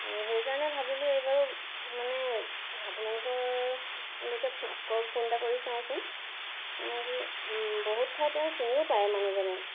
সেইকাৰণে ভাবিলোঁ এইবাৰো মানে আপোনালোক লৈকে ফোন এটা কৰি চাওচোন মানে কি বহুত ঠাই তেওঁ চিনিও পায় মানুহজনে